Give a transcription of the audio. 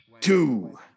two